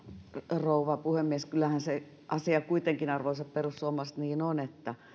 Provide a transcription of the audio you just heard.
rouva puhemies kyllähän se asia kuitenkin arvoisat perussuomalaiset niin on että